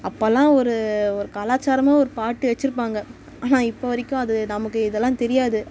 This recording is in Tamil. அப்போல்லாம் ஒரு ஒரு கலாச்சாரமாக ஒரு பாட்டு வச்சுருப்பாங்க ஆனால் இப்போது வரைக்கும் அது நமக்கு இதெல்லாம் தெரியாது